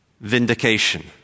vindication